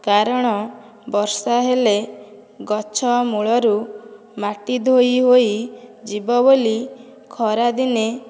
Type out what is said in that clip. କାରଣ ବର୍ଷା ହେଲେ ଗଛମୂଳରୁ ମାଟି ଧୋଇ ହୋଇଯିବ ବୋଲି ଖରାଦିନେ